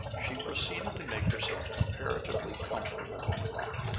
she proceeded to make herself comparatively comfortable on the rock.